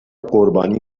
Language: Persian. قربانی